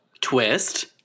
twist